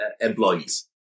employees